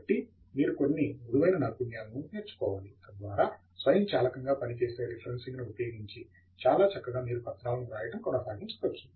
కాబట్టి మీరు కొన్ని మృదువైన నైపుణ్యాలను నేర్చుకోవాలి తద్వారా స్వయంచాలకంగా పనిచేసే రిఫరెన్సింగ్ ని ఉపయోగించి చాలా చక్కగా మీరు పత్రాలను రాయటం కొనసాగించవచ్చు